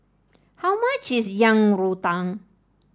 how much is Yang Rou Tang